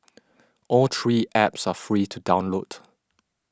all three apps are free to download